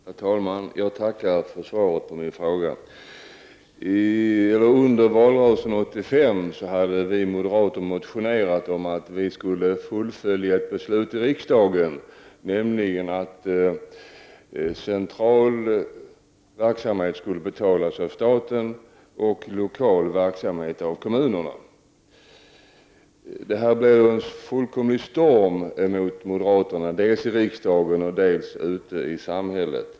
Herr talman! Jag tackar statsrådet för svaret på min fråga. I samband med valrörelsen 1985 motionerade vi moderater om att ett visst beslut skulle fullföljas, nämligen att central verksamhet skall betalas av staten och lokal verksamhet av kommunerna. Men det blev fullkomlig storm mot moderaternas förslag både i riksdagen och ute i samhället.